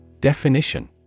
Definition